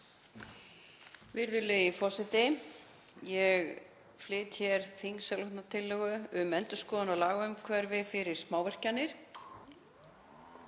Virðulegi forseti. Ég flyt hér þingsályktunartillögu um endurskoðun á lagaumhverfi fyrir smávirkjanir